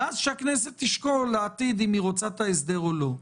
ואז שהכנסת תשקול לעתיד אם היא רוצה את ההסדר הזה או לא.